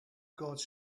gods